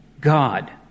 God